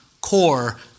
core